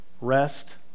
rest